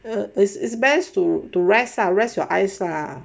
it is best to the rest rest your eyes lah